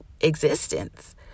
existence